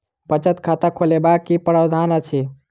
बचत खाता खोलेबाक की प्रावधान अछि?